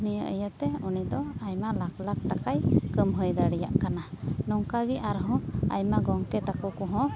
ᱱᱤᱭᱟᱹ ᱤᱭᱟᱹ ᱛᱮ ᱩᱱᱤ ᱫᱚ ᱟᱭᱢᱟ ᱞᱟᱠᱷ ᱞᱟᱠᱷ ᱴᱟᱠᱟᱭ ᱠᱟᱹᱢᱦᱟᱹᱭ ᱫᱟᱲᱮᱭᱟᱜ ᱠᱟᱱᱟ ᱱᱚᱝᱠᱟ ᱜᱮ ᱟᱨᱦᱚᱸ ᱟᱭᱢᱟ ᱜᱚᱢᱠᱮ ᱛᱟᱠᱚ ᱠᱚᱦᱚᱸ